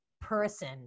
person